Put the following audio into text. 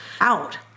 out